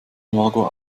margot